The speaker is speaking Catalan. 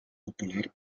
popular